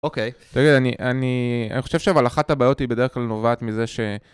אוקיי. תגיד, אני... אני חושב שאבל אחת הבעיות היא בדרך כלל נובעת מזה ש...